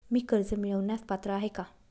मी कर्ज मिळवण्यास पात्र आहे का?